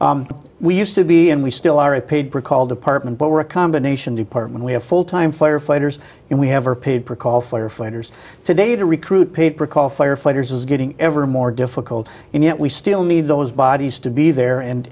you we used to be and we still are a paid per call department but we're a combination department we have full time firefighters and we have are paid per call firefighters today to recruit paper call firefighters is getting ever more difficult and yet we still need those bodies to be there and